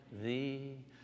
thee